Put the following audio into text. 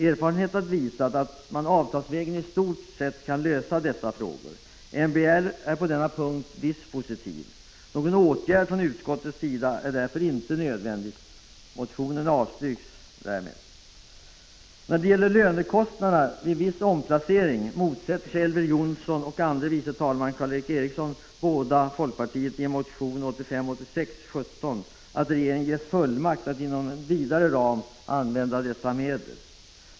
Erfarenheten har visat att man i stort kan lösa dessa frågor avtalsvägen. MBL är på denna punkt dispositiv. Någon åtgärd från utskottets sida är därför inte nödvändig. Motionen avstyrks därmed. När det gäller lönekostnader vid viss omplacering motsätter sig Elver Jonsson och andre vice talman Karl Erik Eriksson, båda folkpartiet, i motion 1985/86:17 att regeringen ges fullmakt att inom vidare ramar använda dessa medel.